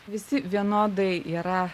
visi vienodai yra